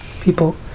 people